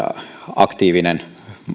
aktiivinen